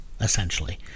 essentially